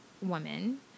woman